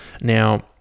now